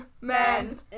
Men